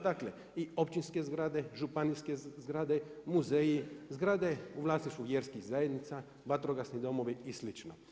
Dakle i općinske zgrade, županijske zgrade, muzeji, zgrade u vlasništvu vjerskih zajednica, vatrogasni domovi i slično.